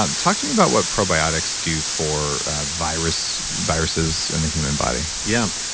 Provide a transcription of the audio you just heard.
ah talk to me about what probiotics do for viruses viruses in the human body yeah.